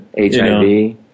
HIV